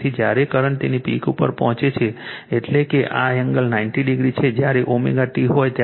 તેથી જ્યારે કરંટ તેની પીક ઉપર પહોંચે છે એટલે કે આ એંગલ 90 ડિગ્રી છે જ્યારે ω t હોય